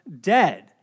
dead